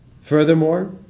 Furthermore